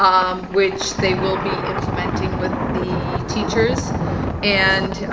um which they will be implementing with the teachers and